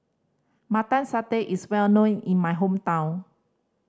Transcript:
Mutton Satay is well known in my hometown